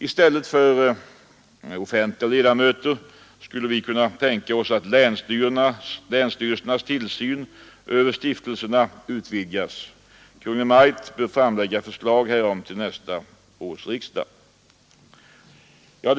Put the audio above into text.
I stället för offentliga ledamöter skulle vi kunna tänka oss att länsstyrelsernas tillsyn över stiftelserna utvidgas. Kungl. Maj:t bör framlägga förslag därom till nästa års riksdag.